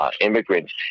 immigrants